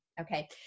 okay